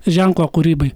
ženklo kūrybai